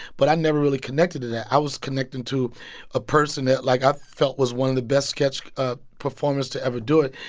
but i never really connected to that i was connecting to a person that, like, i felt was one of the best sketch ah performers to ever do it.